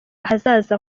ahazaza